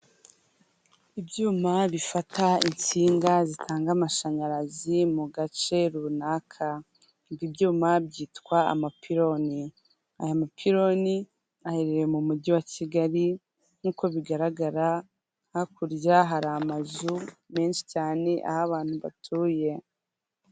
Igikorwaremezo cy'umuhanda w'abanyamaguru ndetse w'ibinyabiziga, aho ibinyabiziga hari kugenderwaho n'ibinyabiziga mu bwoko bwa moto eshatu, ebyiri zitwawe n'abayobozi bazo ndetse bafite abagenzi batwaye, ndetse n'indi imwe idafite umugenzi utwaye ahubwo itwawe n'umuyobozi wayo gusa.